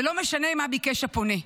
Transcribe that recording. ולא משנה מה ביקש הפונה.